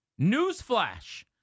Newsflash